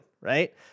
right